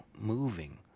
moving